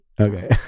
Okay